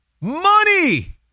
Money